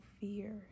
fear